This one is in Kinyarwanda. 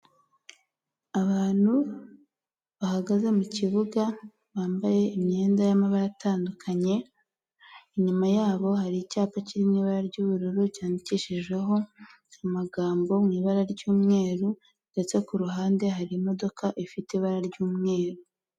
Abantu bahagaze mu kibuga bambaye imyenda y'amabara atandukanye, inyuma yabo hari icyapa kirimo ibara ry'ubururu cyandikishiho amagambo mu ibara ry'umweru ndetse ku ruhande hari imodoka ifite ibara ry'umweru.